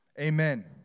Amen